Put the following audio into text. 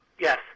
Yes